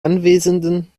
anwesenden